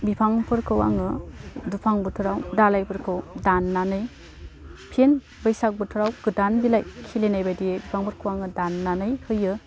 बिफांफोरखौ आङो दुफां बोथोराव दालाइफोरखौ दान्नानै फिन बैसाग बोथोराव गोदान बिलाइ खिलिनाय बायदियै बिफांफोरखौ आङो दान्नानै होयो